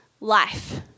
life